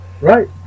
right